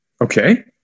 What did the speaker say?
Okay